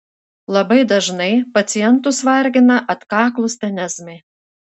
labai dažnai pacientus vargina atkaklūs tenezmai